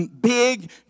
big